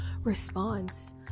response